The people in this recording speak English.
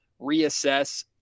reassess